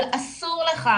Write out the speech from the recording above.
אבל אסור לך,